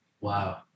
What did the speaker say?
Wow